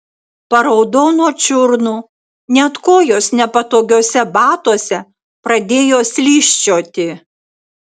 paraudau nuo čiurnų net kojos nepatogiuose batuose pradėjo slysčioti